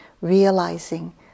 realizing